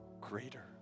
greater